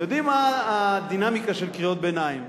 יודעים מה הדינמיקה של קריאות הביניים.